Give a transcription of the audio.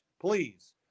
please